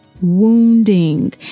wounding